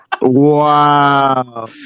Wow